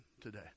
today